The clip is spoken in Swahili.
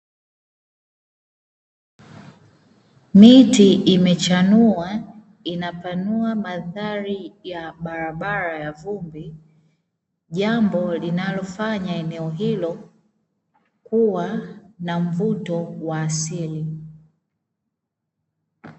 Miti imechanua inapanua mandhari ya barabara ya vumbi, jambo linalofanya eneo hilo kuwa na mvuto wa asili.